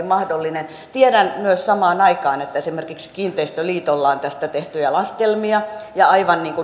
mahdollinen tiedän myös samaan aikaan että esimerkiksi kiinteistöliitolla on tästä tehtyjä laskelmia ja aivan